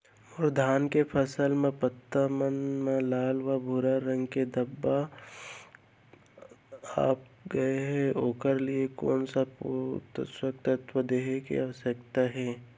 मोर धान के फसल म पत्ता मन म लाल व भूरा रंग के धब्बा आप गए हे ओखर लिए कोन स पोसक तत्व देहे के आवश्यकता हे?